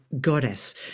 goddess